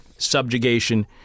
subjugation